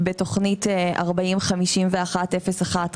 בתוכנית 40-51-01,